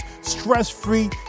stress-free